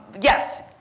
Yes